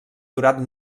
durat